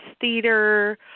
theater